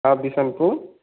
हाँ बिसम्पुर